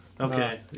Okay